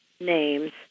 names